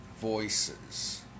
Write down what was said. voices